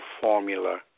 formula